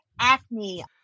acne